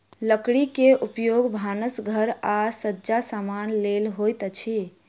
लकड़ी के उपयोग भानस घर आ सज्जा समानक लेल होइत अछि